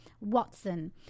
Watson